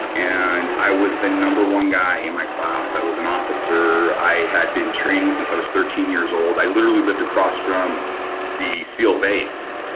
and i was the number one guy in my class. i was an officer. i had been trained since i was thirteen years old. i literally lived across from the seal base,